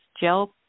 gel